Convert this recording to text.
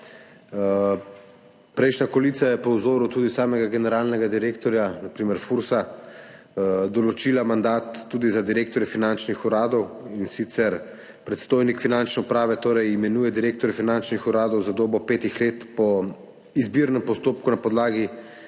Prejšnja koalicija je tudi po vzoru samega generalnega direktorja FURS določila mandat tudi za direktorje finančnih uradov, in sicer predstojnik Finančne uprave torej imenuje direktorje finančnih uradov za dobo petih let po izbirnem postopkuna podlagi